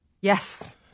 Yes